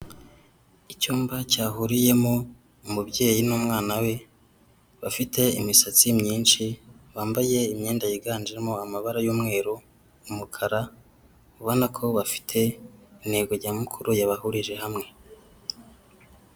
Icyumba cyahuriyemo umubyeyi n'umwana we bafite imisatsi myinshi, bambaye imyenda yiganjemo amabara y'umweru, umukara ubona ko bafite intego nyamukuru yabahurije hamwe.